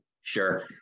Sure